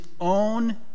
own